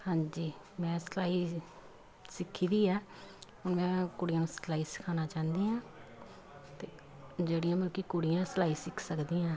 ਹਾਂਜੀ ਮੈਂ ਸਿਲਾਈ ਸਿੱਖੀ ਵੀ ਹਾਂ ਹੁਣ ਮੈਂ ਕੁੜੀਆਂ ਨੂੰ ਸਿਖਲਾਈ ਸਿਖਾਉਣਾ ਚਾਹੁੰਦੀ ਹਾਂ ਅਤੇ ਜਿਹੜੀਆਂ ਮਲਕੀ ਕੁੜੀਆਂ ਸਿਲਾਈ ਸਿੱਖ ਸਕਦੀਆਂ